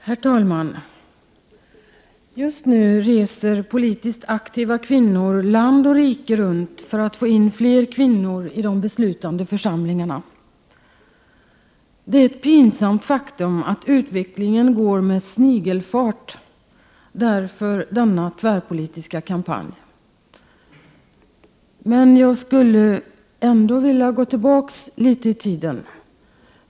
Herr talman! Just nu reser politiskt aktiva kvinnor land och rike runt för att få in fler kvinnor i de beslutande församlingarna. Det är ett pinsamt faktum att utvecklingen går med snigelfart — därför denna tvärpolitiska kampanj. Men jag vill gå tillbaka litet i tiden.